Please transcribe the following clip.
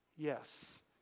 Yes